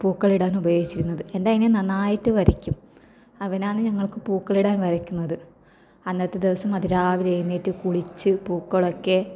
പൂക്കളം ഇടാൻ ഉപയോഗിച്ചിരുന്നത് എൻറെ അനിയൻ നന്നായിട്ട് വരയ്ക്കും അവനാണ് ഞങ്ങൾക്ക് പൂക്കളം ഇടാൻ വരയ്ക്കുന്നത് അന്നത്തെ ദിവസം അതിരാവിലെ എഴുന്നേറ്റ് കുളിച്ച് പൂക്കളൊക്കെ